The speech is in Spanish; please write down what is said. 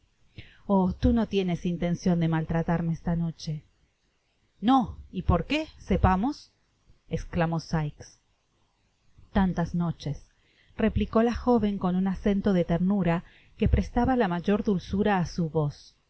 oh tú no tienes intencion de maltratarme esta noche no y por qué sepamos esclamó sikes tantas nochesreplicó la joven con un acento de ternura que prestaba la mayor dulzura á su voz